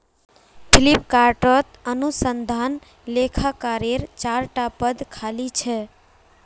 फ्लिपकार्टत अनुसंधान लेखाकारेर चार टा पद खाली छ